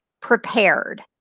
prepared